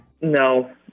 No